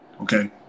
Okay